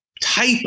type